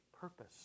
purpose